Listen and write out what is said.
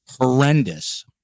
horrendous